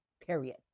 Period